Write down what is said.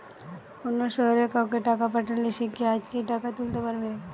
অন্য শহরের কাউকে টাকা পাঠালে সে কি আজকেই টাকা তুলতে পারবে?